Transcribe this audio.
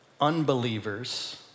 unbelievers